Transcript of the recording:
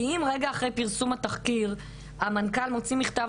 אם רגע אחרי פרסום התחקיר המנכ"ל מוציא מכתב